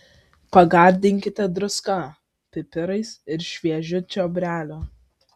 pagardinkite druska pipirais ir šviežiu čiobreliu